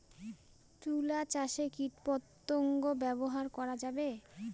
তুলা চাষে কীটপতঙ্গ ব্যবহার করা যাবে?